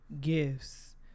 gifts